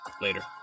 Later